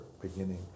beginning